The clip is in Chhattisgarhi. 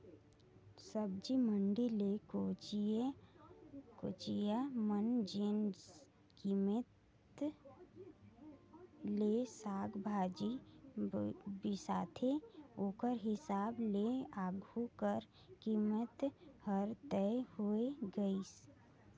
सब्जी मंडी ले कोचिया मन जेन कीमेत ले साग भाजी बिसाथे ओकर हिसाब ले आघु कर कीमेत हर तय होए गइस